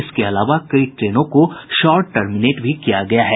इसके अलावा कई ट्रेनों को शॉर्ट टर्मिनेट भी किया गया है